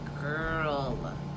girl